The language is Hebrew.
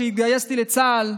כשהתגייסתי לצה"ל,